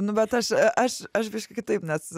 nu bet aš aš aš biškį kitaip nes